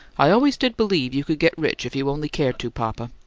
i always did believe you could get rich if you only cared to, papa.